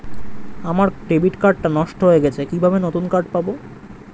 আমার debit card টা নষ্ট হয়ে গেছে কিভাবে নতুন কার্ড পাব?